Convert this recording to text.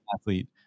athlete